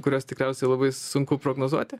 kurias tikriausiai labai sunku prognozuoti